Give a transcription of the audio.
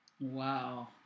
Wow